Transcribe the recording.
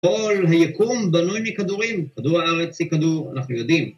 ‫כל היקום בנוי מכדורים. ‫כדור הארץ היא כדור, אנחנו יודעים.